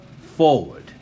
forward